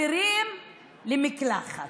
לאסירים למקלחת.